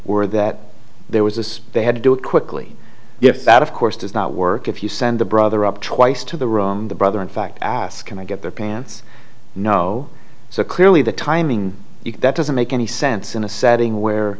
were that there was this they had to do it quickly if that of course does not work if you send a brother up twice to the room the brother in fact can i get their pants no so clearly the timing that doesn't make any sense in a setting where